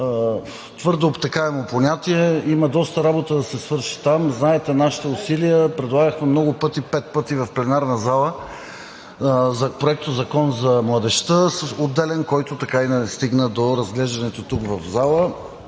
твърде обтекаемо понятие. Има доста работа да се свърши там. Знаете нашите усилия – предлагахме много пъти, пет пъти в пленарната зала, Проектозакон за младежта, отделен, който така и не стигна до разглеждането тук в залата,